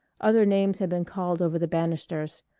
other names had been called over the banisters,